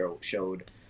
showed